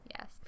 Yes